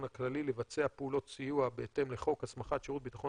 הכללי לבצע פעולות סיוע בהתאם לחוק הסמכת שירות הביטחון